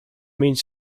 means